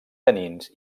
tanins